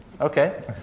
Okay